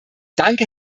danke